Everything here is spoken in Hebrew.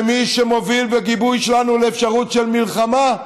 ומי שמוביל, בגיבוי שלנו, לאפשרות של מלחמה,